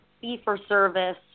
fee-for-service